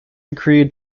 agreed